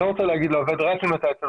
אני לא רוצה להגיד לעובד: רק אם אתה אצל